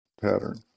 pattern